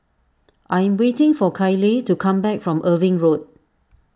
I am waiting for Kyleigh to come back from Irving Road